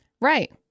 Right